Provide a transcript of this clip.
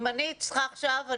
אם אני צריכה עכשיו,